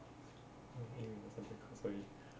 !wah! heng we got